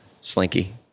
Slinky